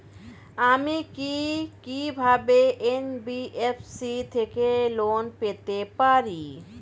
আমি কি কিভাবে এন.বি.এফ.সি থেকে লোন পেতে পারি?